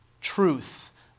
truth